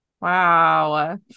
Wow